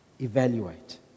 evaluate